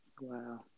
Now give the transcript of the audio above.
wow